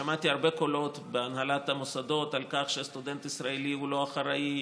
שמעתי הרבה קולות בהנהלת המוסדות על כך שהסטודנט הישראלי הוא לא אחראי,